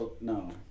No